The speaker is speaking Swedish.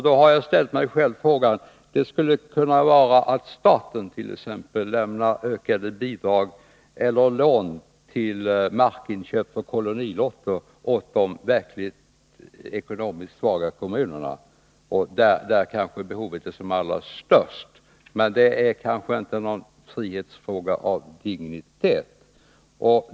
Då har jag haft den funderingen, att det t.ex. skulle kunna vara att staten lämnar ökade bidrag eller lån till markinköp för kolonilotter åt de verkligt ekonomiskt svaga kommunerna, där kanske behovet är allra störst. — Men det är kanske inte någon frihetsfråga av dignitet.